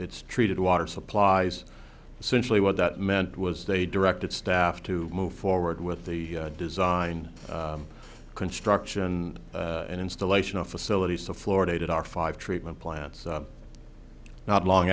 its treated water supplies centrally what that meant was they directed staff to move forward with the design construction and installation of facilities to florida that are five treatment plants not long